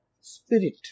spirit